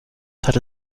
hatte